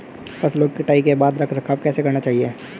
फसलों की कटाई के बाद रख रखाव कैसे करना चाहिये?